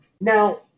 Now